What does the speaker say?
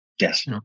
Yes